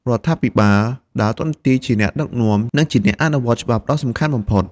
រដ្ឋាភិបាលដើរតួនាទីជាអ្នកដឹកនាំ និងជាអ្នកអនុវត្តច្បាប់ដ៏សំខាន់បំផុត។